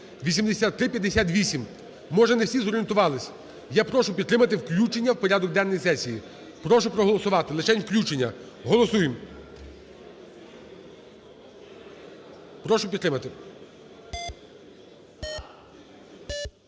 (8358). Може не всі зорієнтувались. Я прошу підтримати включення в порядок денний сесії. Прошу проголосувати, лишень включення. Голосуємо. Прошу підтримати.